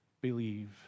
believe